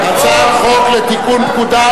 הצעת חוק לתיקון פקודת,